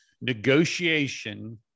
negotiation